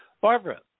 Barbara